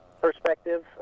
perspective